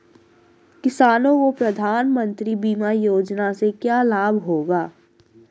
किसानों को प्रधानमंत्री बीमा योजना से क्या लाभ होगा?